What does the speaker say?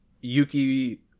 Yuki